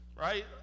Right